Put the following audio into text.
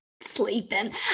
sleeping